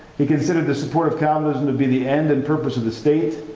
he considered the support of calvinism to be the end and purpose of the state.